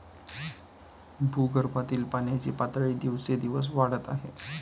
भूगर्भातील पाण्याची पातळी दिवसेंदिवस वाढत आहे